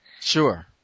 Sure